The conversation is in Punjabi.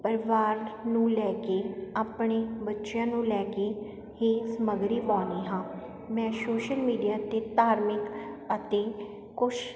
ਪਰਿਵਾਰ ਨੂੰ ਲੈ ਕੇ ਆਪਣੇ ਬੱਚਿਆਂ ਨੂੰ ਲੈ ਕੇ ਹੀ ਸਮਗਰੀ ਪਾਉਂਦੀ ਹਾਂ ਮੈਂ ਸੋਸ਼ਲ ਮੀਡੀਆ 'ਤੇ ਧਾਰਮਿਕ ਅਤੇ ਕੁਛ